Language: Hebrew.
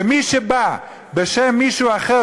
ומי שבא בשם מישהו אחר,